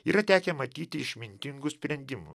yra tekę matyti išmintingų sprendimų